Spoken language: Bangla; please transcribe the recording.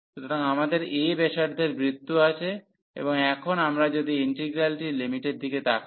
সুতরাং আমাদের a ব্যাসার্ধের বৃত্ত আছে এবং এখন আমরা যদি ইন্টিগ্রালটির লিমিটের দিকে তাকাই